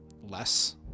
less